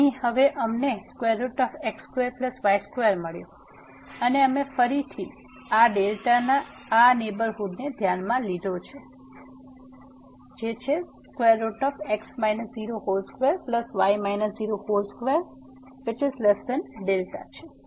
તેથી અહીં હવે અમને x2y2 મળ્યો અને અમે ફરી આ ડેલ્ટાના આ નેહબરહુડને ધ્યાનમાં લીધો જે 22δ છે